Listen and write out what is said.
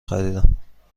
خریدم